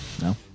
No